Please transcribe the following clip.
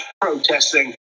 protesting